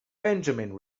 benjamin